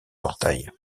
portail